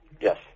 Yes